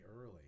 early